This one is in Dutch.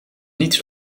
niets